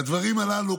הדברים הללו,